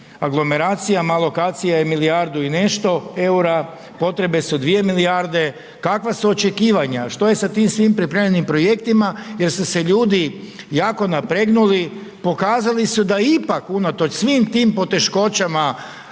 aglomeracijama, alokacija je milijardu i nešto EUR-a, potrebe su 2 milijarde, kakva su očekivanja, što je sa tim svim pripremljenim projektima jer su se ljudi jako napregnuli, pokazali su da ipak unatoč svim tim poteškoćama,